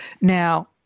Now